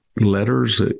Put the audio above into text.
letters